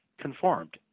conformed